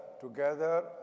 together